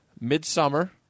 Midsummer